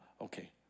Okay